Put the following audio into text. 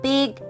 Big